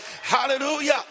Hallelujah